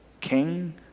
King